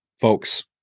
folks